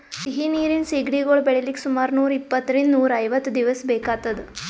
ಸಿಹಿ ನೀರಿನ್ ಸಿಗಡಿಗೊಳ್ ಬೆಳಿಲಿಕ್ಕ್ ಸುಮಾರ್ ನೂರ್ ಇಪ್ಪಂತ್ತರಿಂದ್ ನೂರ್ ಐವತ್ತ್ ದಿವಸ್ ಬೇಕಾತದ್